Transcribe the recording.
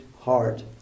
Heart